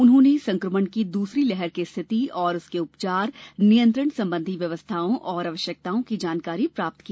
उन्होंने संक्रमण की दूसरी लहर की स्थिति और उसके उपचार नियंत्रण संबंधी व्यवस्थाओं और आवश्यकताओं की जानकारी प्राप्त की